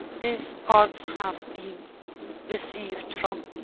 these parts have been received from